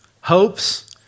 hopes